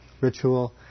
ritual